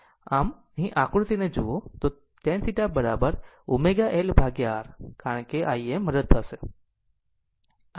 આ તમારું છે જો તમે આ આકૃતિને અહીં જુઓ તોtan θ L ω R કારણ કે Im રદ થશે